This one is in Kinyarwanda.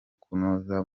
kuza